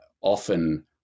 often